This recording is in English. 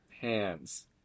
hands